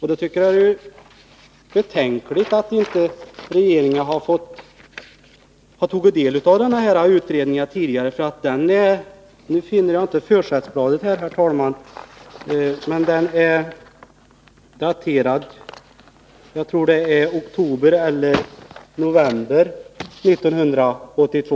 Har inte regeringen tagit del av denna utredning tidigare är det ju betänkligt. Jag tror att den är daterad oktober eller november 1982.